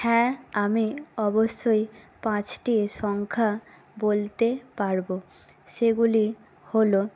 হ্যাঁ আমি অবশ্যই পাঁচটি সংখ্যা বলতে পারবো সেগুলি হলো